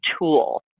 tool